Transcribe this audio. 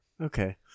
Okay